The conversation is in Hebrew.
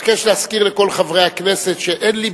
אני אבקש להזכיר לכל חברי הכנסת, שאין לי